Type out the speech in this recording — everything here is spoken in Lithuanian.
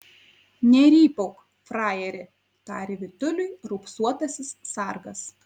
nerypauk frajeri tarė vytuliui raupsuotasis sargas